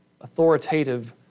authoritative